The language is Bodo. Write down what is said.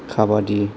खाबादि